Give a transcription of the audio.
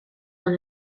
dans